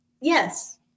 Yes